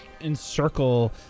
encircle